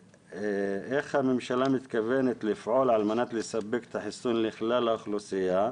איך הממשלה מתכוונת לפעול על מנת לספק את החיסון לכלל האוכלוסייה?